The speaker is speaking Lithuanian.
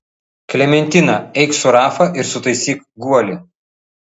klementina eik su rafa ir sutaisyk guolį